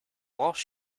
lost